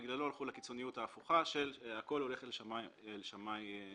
בגללו הלכו לקיצוניות הפוכה שהכול הולך לשמאי מכריע.